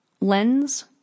lens